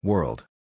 World